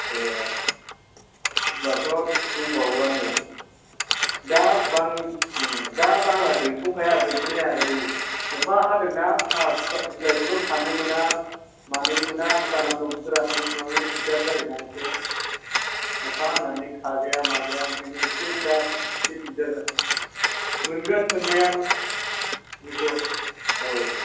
ए होनबाथ' दंबावोआनो दा बारा गैथ'खाया गैथ'नाया ओरै अखा हादोंना साहा बिलाइखौबो खानो मोना मानोबो मोना जानानै दं फोराननोबो दिग्दार जायोना एसे अखा हानानै खाजाया माजाया ओंखायनो एसे दा एसे दिग्दार जादों मोनगोन मोननाया बेखौ औ